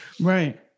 right